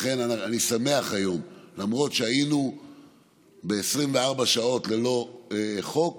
לכן, למרות שהיינו 24 שעות ללא חוק